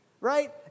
right